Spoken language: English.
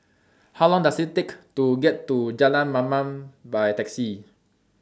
How Long Does IT Take to get to Jalan Mamam By Taxi